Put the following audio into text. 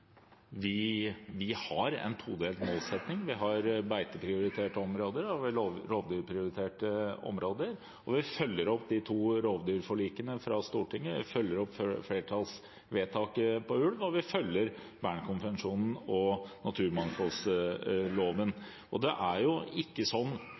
Vi har en todelt ordning. Vi har beiteprioriterte områder, og vi har rovdyrprioriterte områder. Vi følger opp de to rovdyrforlikene fra Stortinget, vi følger opp flertallsvedtaket om ulv, og vi følger Bernkonvensjonen og naturmangfoldloven. Og det er ikke sånn